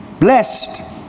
Blessed